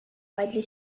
widely